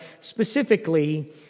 specifically